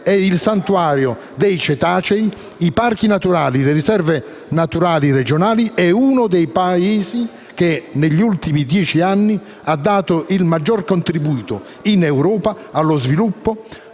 il santuario dei cetacei, parchi naturali e riserve naturali regionali - è uno dei Paesi che negli ultimi dieci anni ha dato il maggior contributo in Europa allo sviluppo